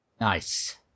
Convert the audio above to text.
nice